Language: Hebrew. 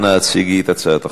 אנא הציגי את הצעת החוק.